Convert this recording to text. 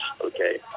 okay